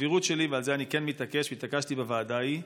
ועל זה אני כן מתעקש והתעקשתי בוועדה ההיא,